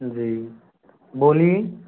जी बोलिए